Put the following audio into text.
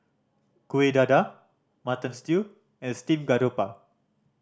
Kuih Dadar Mutton Stew and steamed garoupa